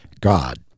God